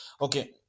okay